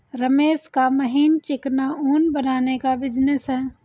रमेश का महीन चिकना ऊन बनाने का बिजनेस है